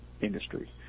industry